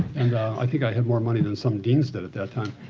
and i think i had more money than some deans did at that time.